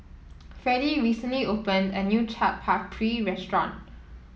Fredie recently opened a new Chaat Papri restaurant